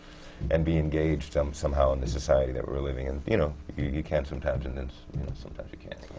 and be engaged um somehow in the society that we're living in. you know, you can sometimes and then sometimes you can't.